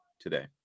today